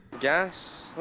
Gas